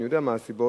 אני יודע מה הסיבות,